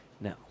No